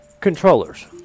controllers